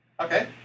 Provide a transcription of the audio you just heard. Okay